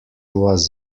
was